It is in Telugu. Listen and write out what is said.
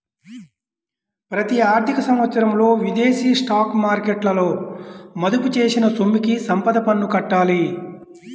ప్రతి ఆర్థిక సంవత్సరంలో విదేశీ స్టాక్ మార్కెట్లలో మదుపు చేసిన సొమ్ముకి సంపద పన్ను కట్టాలి